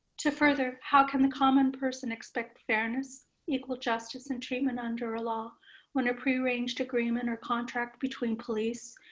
to further, how can the common person expect fairness equal justice and treatment under ah law when a pre arranged agreement or contract between police,